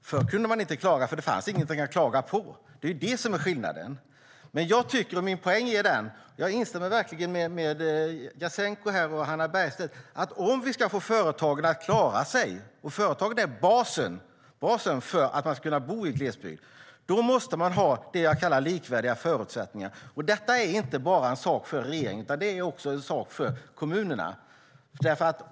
Förr kunde man inte klaga, för det fanns ingenting att klaga på. Det är det som är skillnaden. Jag instämmer verkligen med Jasenko Omanovic och Hannah Bergstedt att om vi ska få företagen att klara sig - företagen är ju basen för att man ska kunna bo i glesbygd - måste man ha det jag kallar likvärdiga förutsättningar. Detta är inte bara en sak för regeringen utan också för kommunerna.